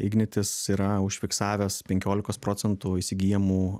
ignitis yra užfiksavęs penkiolikos procentų įsigyjamų